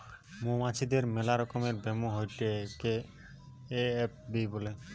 মৌমাছিদের মেলা রকমের ব্যামো হয়েটে যেমন এ.এফ.বি